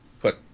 put